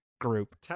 group